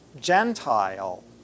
Gentile